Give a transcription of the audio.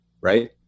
right